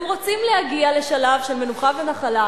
הם רוצים להגיע לשלב של מנוחה ונחלה,